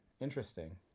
interesting